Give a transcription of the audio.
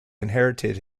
inherited